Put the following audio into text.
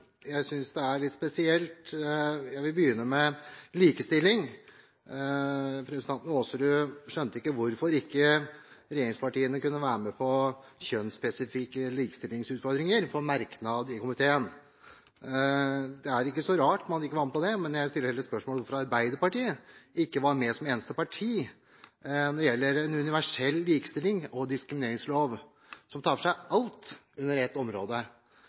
vil begynne med likestilling: Representanten Aasrud skjønte ikke hvorfor ikke regjeringspartiene kunne være med på kjønnsspesifikke likestillingsutfordringer i en merknad fra komiteen. Det er ikke så rart at man ikke var med på det. Jeg stiller heller spørsmål ved hvorfor Arbeiderpartiet, som eneste parti, ikke var med da det gjaldt en lov om universell likestilling, en diskrimineringslov som tar for seg alt under ett.